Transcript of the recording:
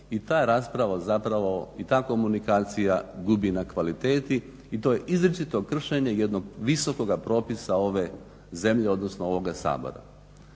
i ta je rasprava zapravo i ta komunikacija gubi na kvaliteti i to je izričito kršenje jednog visokoga propisa ove zemlje, odnosno ovoga Sabora.